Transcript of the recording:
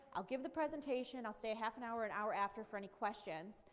i'll give the presentation, i'll stay half an hour or an hour after for any questions,